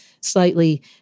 slightly